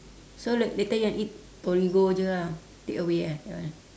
so la~ later you wanna eat torigo jer ah takeaway eh that one